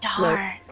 Darn